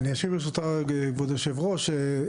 אני אשיב ברשותך כבוד יושב הראש,